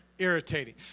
Irritating